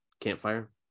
campfire